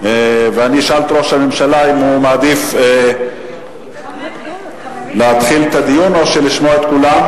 אני אשאל את ראש הממשלה אם הוא מעדיף להתחיל את הדיון או לשמוע את כולם.